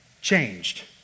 changed